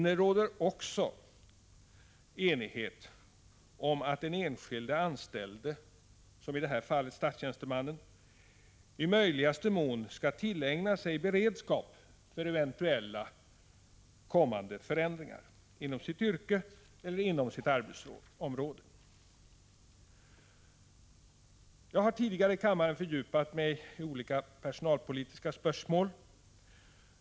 Det råder också enighet om att den enskilde anställde, i det här fallet statstjänstemannen, i möjligaste mån skall tillägna sig beredskap för eventuella kommande förändringar inom sitt yrke eller inom sitt arbetsområde. Jag har tidigare i kammaren fördjupat mig i olika personalpolitiska spörsmål.